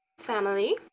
family?